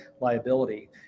liability